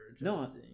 No